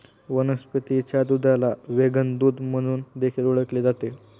वनस्पतीच्या दुधाला व्हेगन दूध म्हणून देखील ओळखले जाते